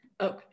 Okay